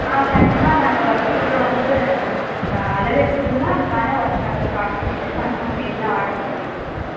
ஆ கண்டிப்பாக நாங்கள் வ சீக்கிரம் வந்து நாங்கள் அளவு எடுத்துட்டோம்னால் அதுக்கான ஒர்க்கை நாங்கள் ஸ்டார்ட் பண்ணிவிட்டு கன்ஃபார்ம் டேட்டில் ஆர்டரு பண்ணிவிடுவோம் மேம்